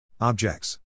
Objects